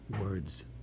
Words